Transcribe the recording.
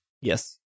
Yes